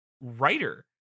writer